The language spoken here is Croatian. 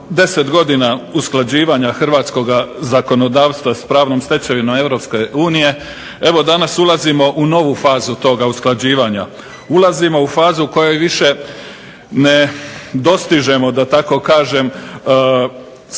10 godina usklađivanja hrvatskog zakonodavstva s pravnom stečevinom EU evo danas ulazimo u novu fazu toga usklađivanja. Ulazimo u fazu u kojoj više ne dostižemo da tako kažem stari